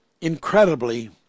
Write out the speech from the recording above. incredibly